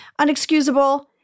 unexcusable